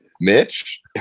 Mitch